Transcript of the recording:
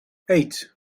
eight